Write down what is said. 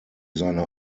seiner